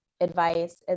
advice